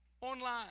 online